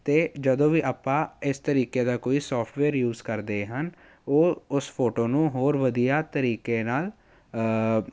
ਅਤੇ ਜਦੋਂ ਵੀ ਆਪਾਂ ਇਸ ਤਰੀਕੇ ਦਾ ਕੋਈ ਸੋਫਟਵੇਅਰ ਯੂਜ਼ ਕਰਦੇ ਹਨ ਉਹ ਉਸ ਫੋਟੋ ਨੂੰ ਹੋਰ ਵਧੀਆ ਤਰੀਕੇ ਨਾਲ